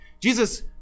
Jesus